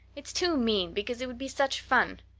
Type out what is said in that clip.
it's too mean, because it would be such fun.